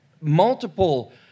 multiple